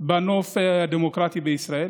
בנוף הדמוקרטי בישראל.